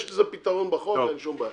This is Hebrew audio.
יש לזה פתרון בחוק, ואין שום בעיה.